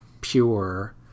pure